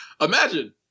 Imagine